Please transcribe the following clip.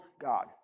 God